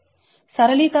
సరళీకరణ తరువాత Deq 16